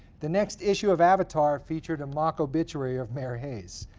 the next issue of avatar featured a mock obituary of mayor hayes.